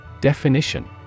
Definition